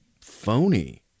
phony